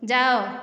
ଯାଅ